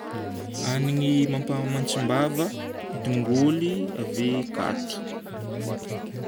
Hanigny mampamantsim-bava: tongoly ave katy.